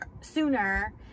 sooner